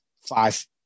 five